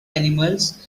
animals